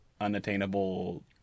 unattainable